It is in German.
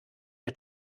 der